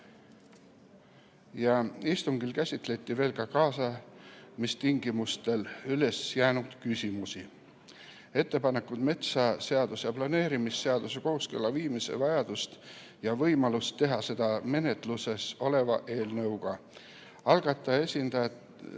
Istungil käsitleti veel kaasamistingimuste kohta üles jäänud küsimusi, ettepanekut metsaseaduse ja planeerimisseaduse kooskõlla viimise vajaduste kohta ning võimalust teha seda menetluses oleva eelnõuga. Algataja esindajatelt